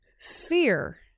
Fear